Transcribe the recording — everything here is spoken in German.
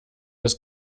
das